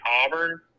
Auburn